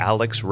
Alex